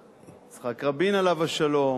יצחק רבין, עליו השלום,